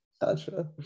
Gotcha